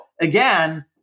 Again